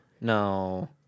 No